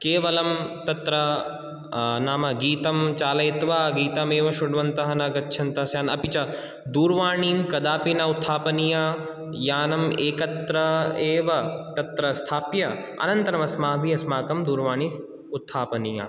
केवलं तत्र नाम गीतं चालयित्वा गीतमेव शृण्वन्तः न गच्छन्तस्स्यान् अपि च दूरवाणीं कदापि न उत्थापनीया यानम् एकत्र एव तत्र स्थाप्य अनन्तरं अस्माभिः अस्माकं दुरवाणी उत्थापनीया